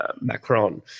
Macron